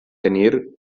tenir